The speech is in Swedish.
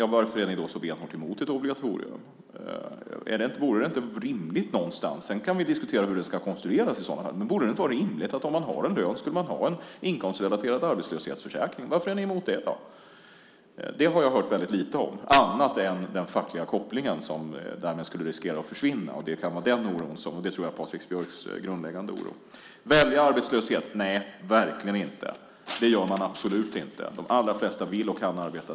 Varför är ni då så benhårt emot ett obligatorium? Vi kan diskutera hur det ska konstrueras i så fall, men borde det inte vara rimligt att om man har en lön ska man ha en inkomstrelaterad arbetslöshetsförsäkring? Varför är ni emot det? Det har jag hört väldigt lite om - annat än den fackliga kopplingen, som därmed skulle riskera att försvinna. Jag tror att det är det som är Patrik Björcks grundläggande oro. Väljer man arbetslöshet? Nej, verkligen inte! Det gör man absolut inte. De allra flesta vill och kan arbeta.